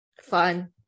Fun